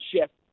shift